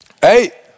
Hey